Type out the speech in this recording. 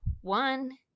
one